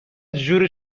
جوری